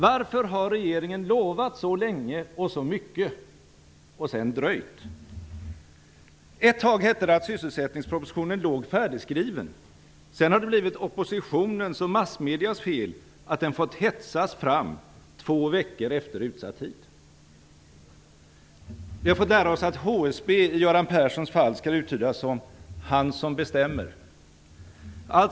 Varför har regeringen lovat så länge och så mycket och sedan dröjt? Ett tag hette det att sysselsättningspropositionen låg färdigskriven. Sedan har det blivit oppositionens och massmediernas fel att den fått hetsas fram två veckor efter utsatt tid. Vi har fått lära oss att HSB i Göran Perssons fall skall uttydas som "han som bestämmer".